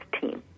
team